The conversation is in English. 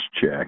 check